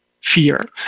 fear